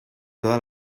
todas